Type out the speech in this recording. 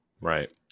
Right